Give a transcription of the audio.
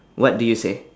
what do you say